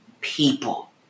people